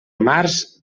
març